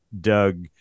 Doug